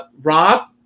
Rob